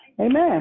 Amen